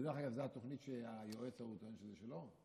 דרך אגב, זו התוכנית שהיועץ ההוא טוען שזה שלו?